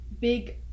big